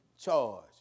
charge